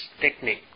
technique